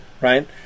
right